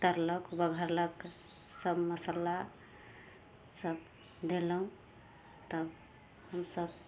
तरलक बघरलक सब मसल्ला सब देलहुँ तब हमसभ